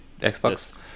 Xbox